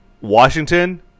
Washington